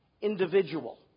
individual